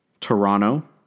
Toronto